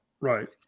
Right